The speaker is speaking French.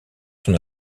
son